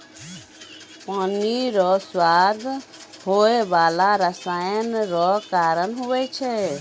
पानी रो स्वाद होय बाला रसायन रो कारण हुवै छै